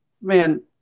man